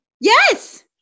Yes